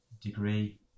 degree